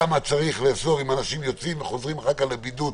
למה צריך לאסור אם אנשים יוצאים וחוזרים אחר כך לבידוד,